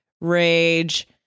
rage